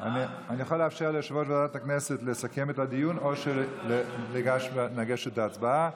אני יכול לאפשר ליושב-ראש ועדת הכנסת לסכם את הדיון או לגשת להצבעה.